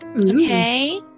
okay